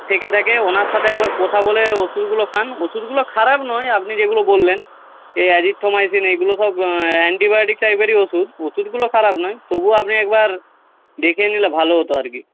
থেকে থাকে ওনার সাথে একবার কথা বলে ওষুধগুলো খান ওষুধগুলো খারাপ নয় আপনি যেগুলো বললেন এই অ্যাজিথ্রোমাইসিন এইগুলো সব অ্যান্টিবায়োটিক টাইপেরই ওষুধ ওষুধগুলো খারাপ নয় তবুও আপনি একবার দেখিয়ে নিলে ভালো হতো আর কি